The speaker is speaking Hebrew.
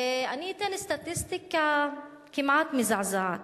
אני אתן סטטיסטיקה כמעט מזעזעת.